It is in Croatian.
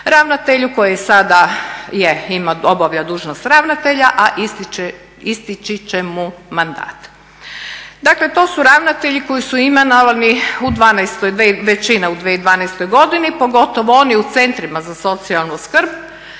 ravnatelju koji sada obavlja dužnost ravnatelja a ističi će mu mandat. Dakle to su ravnatelji koji su imenovani u 12. većina u 2012. godini pogotovo oni u centrima za socijalnu skrb.